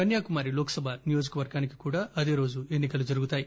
కన్యాకుమారి లోక్ సభ నియోజకవర్గానికి కూడా అదే రోజు ఎన్సికలు జరుగుతాయి